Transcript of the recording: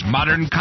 Modern